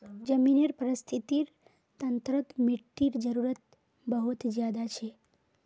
ज़मीनेर परिस्थ्तिर तंत्रोत मिटटीर जरूरत बहुत ज़्यादा छे